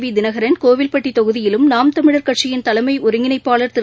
we Dhinakaran Kovilpatti தொகுதியிலும் நாம் தமிழர் கட்சியின் தலைமை ஒருங்கிணைப்பாளர் திரு